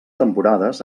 temporades